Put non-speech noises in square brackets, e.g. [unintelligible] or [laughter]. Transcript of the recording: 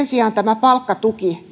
[unintelligible] sijaan tämä palkkatuki